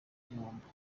igihombo